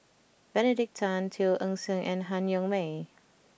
Benedict Tan Teo Eng Seng and Han Yong May